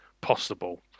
possible